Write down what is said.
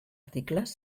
articles